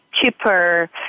cheaper